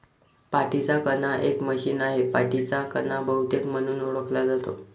पाठीचा कणा एक मशीन आहे, पाठीचा कणा बहुतेक म्हणून ओळखला जातो